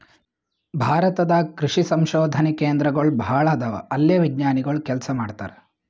ಭಾರತ ದಾಗ್ ಕೃಷಿ ಸಂಶೋಧನೆ ಕೇಂದ್ರಗೋಳ್ ಭಾಳ್ ಅದಾವ ಅಲ್ಲೇ ವಿಜ್ಞಾನಿಗೊಳ್ ಕೆಲಸ ಮಾಡ್ತಾರ್